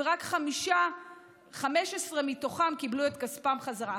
ורק 15 מתוכם קיבלו את כספם בחזרה.